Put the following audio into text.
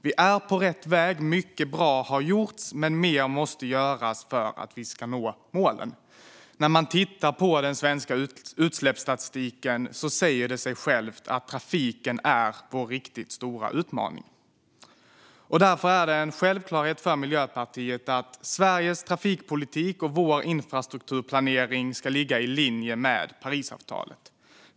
Vi är på rätt väg. Mycket bra har gjorts. Men mer måste göras för att vi ska nå målen. När man tittar på den svenska utsläppsstatistiken säger det sig självt att trafiken är vår riktigt stora utmaning. Därför är det en självklarhet för Miljöpartiet att Sveriges trafikpolitik och vår infrastrukturplanering ska ligga i linje med Parisavtalet.